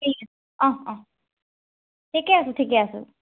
ঠিক আছে অ অ ঠিকে আছোঁ ঠিকে আছোঁ